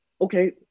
Okay